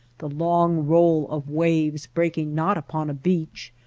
the long roll of waves breaking not upon a beach,